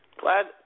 Glad